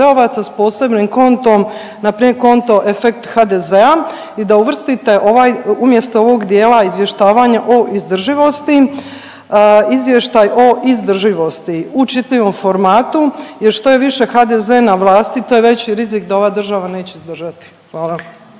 sa posebnim kontom, na primjer konto efekt HDZ-a i da uvrstite ovaj umjesto ovog dijela izvještavanja o izdrživosti, izvještaj o izdrživosti u čitljivom formatu. Jer što je više HDZ na vlasti to je veći rizik da ova država neće izdržati. Hvala.